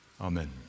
Amen